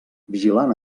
vigilant